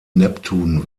neptun